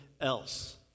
else